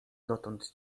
dotąd